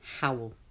howl